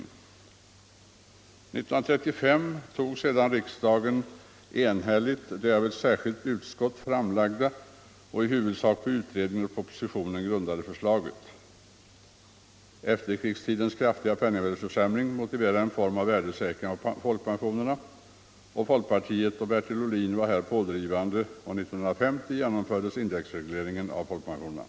År 1935 tog sedan riksdagen enhälligt det av ett särskilt utskott framlagda och i huvudsak på utredningen och den följande propositionen grundade förslaget. Efterkrigstidens kraftiga penningvärdeförsämring motiverade en form av värdesäkring av folkpensionerna. Folkpartiet och Bertil Ohlin var här pådrivande, och 1950 genomfördes indexregleringen av folkpensionerna.